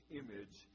image